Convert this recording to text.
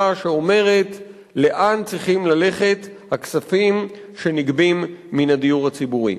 שאומרת לאן צריכים ללכת הכספים שנגבים מן הדיור הציבורי.